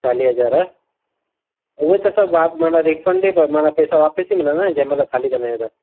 चालीह हज़ार उहे त सभु माना रिफ़ंड ई माना पैसा वापसि ई मिलंदा न जंहिं महिल ख़ाली कंदा आहियूं त